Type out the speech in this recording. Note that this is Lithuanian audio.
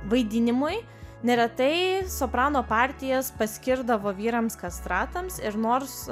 vaidinimui neretai soprano partijas paskirdavo vyrams kastratams ir nors